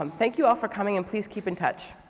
um thank you all for coming. and please keep in touch.